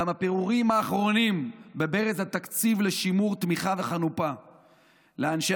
גם הפירורים האחרונים בברז התקציב לשימור תמיכה וחנופה לאנשי